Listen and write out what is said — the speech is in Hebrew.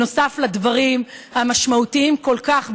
נוסף על הדברים המשמעותיים כל כך בשבילי,